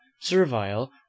Servile